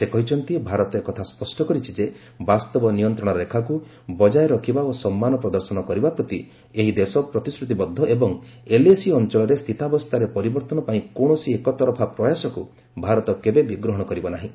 ସେ କହିଛନ୍ତି ଭାରତ ଏକଥା ସ୍ୱଷ୍ଟ କରିଛି ଯେ ବାସ୍ତବ ନିୟନ୍ତ୍ରଣ ରେଖାକୁ ବଜାୟ ରଖିବା ଓ ସମ୍ମାନ ପ୍ରଦର୍ଶନ କରିବା ପ୍ରତି ଏହି ଦେଶ ପ୍ରତିଶ୍ରତିବଦ୍ଧ ଏବଂ ଏଲ୍ଏସି ଅଞ୍ଚଳରେ ସ୍ଥିତାବସ୍ଥାରେ ପରିବର୍ତ୍ତନ ପାଇଁ କୌଣସି ଏକତରଫା ପ୍ରୟାସକୁ ଭାରତ କେବେବି ଗ୍ରହଣ କରିବ ନାହିଁ